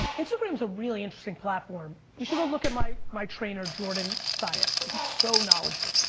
instagram's a really interesting platform. you should go look at my my trainer, jordan syatt. he's so knowledgeable.